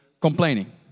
complaining